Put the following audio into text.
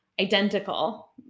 identical